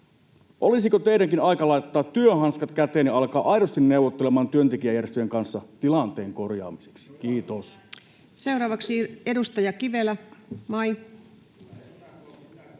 olisiko teidänkin aika laittaa työhanskat käteen ja alkaa aidosti neuvottelemaan työntekijäjärjestöjen kanssa tilanteen korjaamiseksi? — Kiitos. [Ben Zyskowicz: Kyllä